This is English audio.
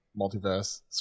multiverse